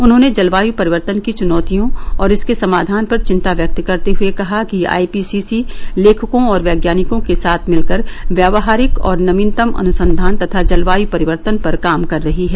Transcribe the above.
उन्होंने जलवायू परिवर्तन की चुनौतियों और इसके समाधान पर चिन्ता व्यक्त करते हुए कहा कि आई पी सी सी लेखकों और वैज्ञानिकों के साथ मिलकर व्यावहारिक और नवीनतम अनुसंधान तथा जलवायू परितर्वन पर काम कर रही है